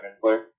player